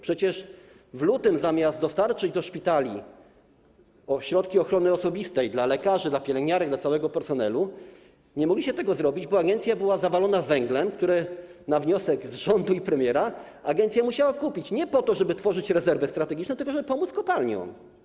Przecież w lutym, zamiast dostarczyć do szpitali środki ochrony osobistej dla lekarzy, dla pielęgniarek, dla całego personelu, nie mogliście tego zrobić, bo agencja była zawalona węglem, który na wniosek z rządu i premiera agencja musiała kupić, nie po to żeby tworzyć rezerwę strategiczną, tylko po to żeby pomóc kopalniom.